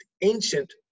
ancient